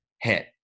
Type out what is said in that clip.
hit